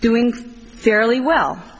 doing fairly well